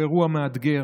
הוא אירוע מאתגר,